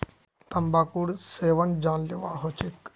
तंबाकूर सेवन जानलेवा ह छेक